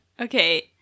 okay